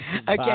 Okay